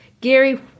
Gary